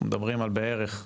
אנחנו מדברים על בערך,